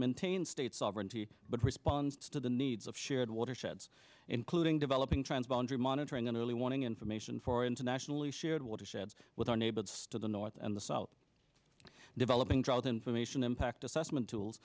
maintains state sovereignty but responds to the needs of shared watersheds including developing transponder monitoring and early warning information for internationally shared watershed with our neighbors to the north and the south developing drought information impact assessment tools